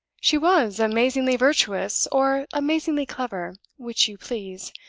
she was amazingly virtuous, or amazingly clever, which you please.